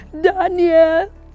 Daniel